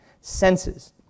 senses